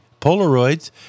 Polaroids